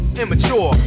immature